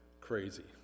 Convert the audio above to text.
crazy